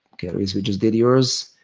louis, we just did yours.